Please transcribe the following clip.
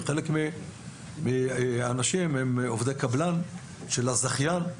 וחלק מהאנשים הם עובדי קבלן של הזכיין,